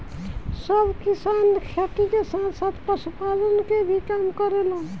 सब किसान खेती के साथ साथ पशुपालन के काम भी करेलन